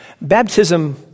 Baptism